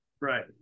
Right